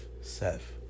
Seth